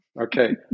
Okay